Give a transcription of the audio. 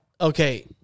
okay